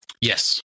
Yes